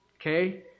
Okay